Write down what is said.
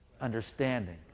understanding